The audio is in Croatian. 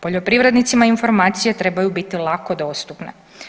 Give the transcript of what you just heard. Poljoprivrednicima informacija trebaju biti lako dostupne.